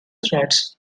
threads